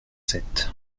sept